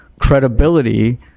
credibility